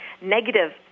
negative